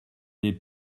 des